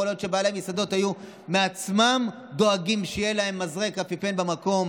יכול להיות שבעלי מסעדות היו מעצמם דואגים שיהיה להם מזרק אפיפן במקום